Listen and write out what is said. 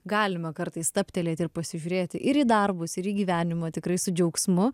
galima kartais stabtelėti ir pasižiūrėti ir į darbus ir į gyvenimą tikrai su džiaugsmu